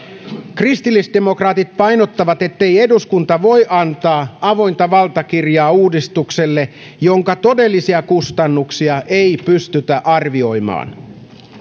kristillisdemokraatit painottavat ettei eduskunta voi antaa avointa valtakirjaa uudistukselle jonka todellisia kustannuksia ei pystytä arvioimaan